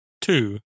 two